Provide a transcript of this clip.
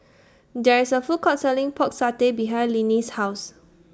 There IS A Food Court Selling Pork Satay behind Linnie's House